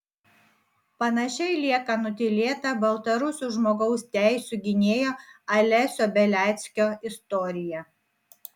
panašiai lieka nutylėta baltarusių žmogaus teisių gynėjo alesio beliackio istorija